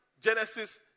Genesis